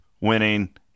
winning